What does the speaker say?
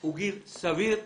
הוא גיל סביר לרכב.